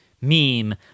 meme